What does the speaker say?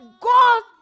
God